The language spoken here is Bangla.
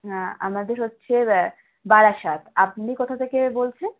হ্যাঁ আমাদের হচ্ছে বারাসাত আপনি কোথা থেকে বলছেন